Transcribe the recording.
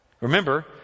Remember